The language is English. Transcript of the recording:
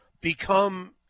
become